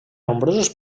nombrosos